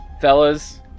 Fellas